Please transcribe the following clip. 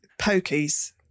pokies